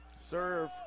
Serve